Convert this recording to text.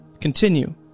continue